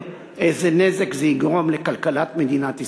איזה נזק זה יגרום לכלכלת מדינת ישראל.